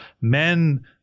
men